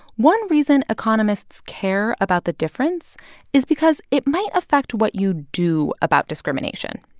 one reason economists care about the difference is because it might affect what you do about discrimination.